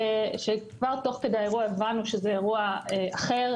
כבר תוך כדי האירוע הבנו שזה אירוע אחר,